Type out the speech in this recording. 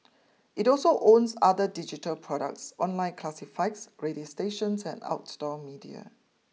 it also owns other digital products online classifieds radio stations and outdoor media